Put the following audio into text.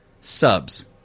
subs